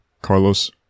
Carlos